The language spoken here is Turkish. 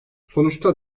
sonuçta